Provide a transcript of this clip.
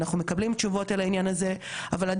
אם יש פה באמת את הבדיקה שנעשית,